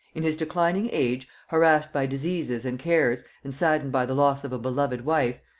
in his declining age, harassed by diseases and cares and saddened by the loss of a beloved wife,